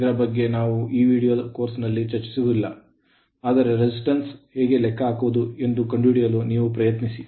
ಇದರ ಬಗ್ಗೆ ನಾವು ಈ ವೀಡಿಯೊ ಕೋರ್ಸ್ ನಲ್ಲಿ ಚರ್ಚಿಸುತ್ತಿಲ್ಲ ಆದರೆ resistance ಪ್ರತಿರೋಧವನ್ನು ಹೇಗೆ ಲೆಕ್ಕಹಾಕುವುದು ಎಂದು ಕಂಡುಹಿಡಿಯಲು ನೀವು ಪ್ರಯತ್ನಿಸಿ